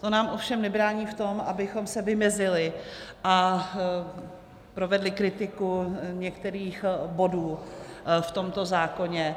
To nám ovšem nebrání v tom, abychom se vymezili a provedli kritiku některých bodů v tomto zákoně.